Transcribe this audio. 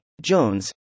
Jones